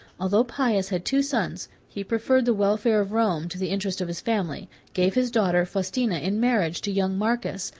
although pius had two sons, he preferred the welfare of rome to the interest of his family, gave his daughter faustina, in marriage to young marcus,